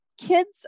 kids